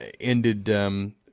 ended –